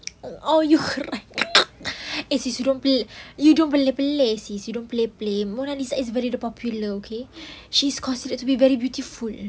orh you cry eh sis you don't play you don't play play sis you don't play play mona lisa is very !duh! popular okay she's considered to be very beautiful